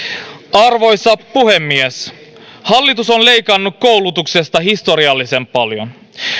arvoisa puhemies hallitus on leikannut koulutuksesta historiallisen paljon